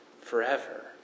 forever